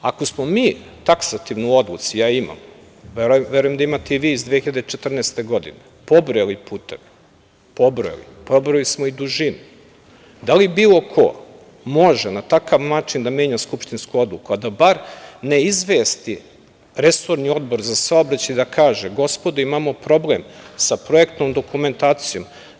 Ako smo mi taksativno u odluci, ja je imam, a verujem da je imate i vi iz 2014. godine, pobrojali puteve, pobrojali smo i dužine, da li bilo ko može na takav način da menja Skupštinsku odluku, a da bar ne izvesti resorni Odbor za saobraćaj, da kaže – gospodo, imamo problem sa projektnom dokumentacijom.